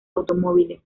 automóviles